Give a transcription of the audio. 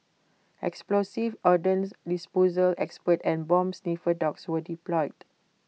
explosives ordnance disposal experts and bomb sniffer dogs were deployed